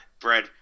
bread